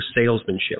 salesmanship